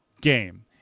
game